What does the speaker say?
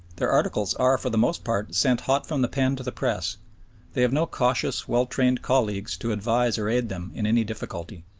their articles are for the most part sent hot from the pen to the press they have no cautious, well-trained colleagues to advise or aid them in any difficulty,